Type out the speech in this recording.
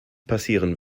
passieren